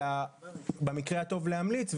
אלא במקרה הטוב להמליץ,